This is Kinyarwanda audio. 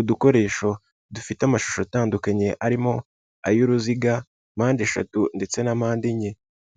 Udukoresho dufite amashusho atandukanye arimo ay'uruziga, mpandeshatu ndetse na mpande enye,